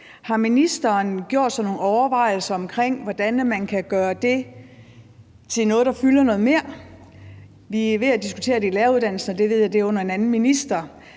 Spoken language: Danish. Har ministeren gjort sig nogen overvejelser om, hvordan man kan gøre læsning til noget, der fylder noget mere? Vi er ved at diskutere det i forbindelse med læreruddannelsen, og det ved jeg er under en anden minister.